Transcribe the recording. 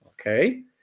okay